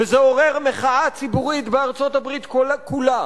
וזה עורר מחאה ציבורית בארצות-הברית כולה.